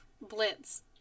Blitz